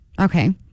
Okay